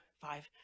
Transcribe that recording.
five